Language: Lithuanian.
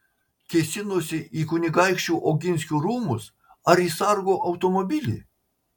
kėsinosi į kunigaikščių oginskių rūmus ar į sargo automobilį